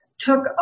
took